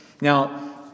Now